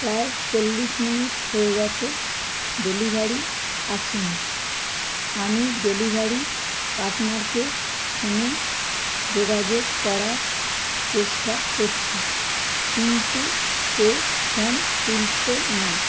প্রায় চল্লিশ মিনিট হয়ে গেছে ডেলিভারি আসে নি আমি ডেলিভারি পার্টনারকে ফোনে যোগাযোগ করার চেষ্টা করছি কিন্তু সে ফোন তুলছে না